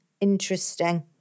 Interesting